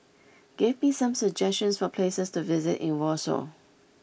give me some suggestions for places to visit in Warsaw